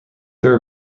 their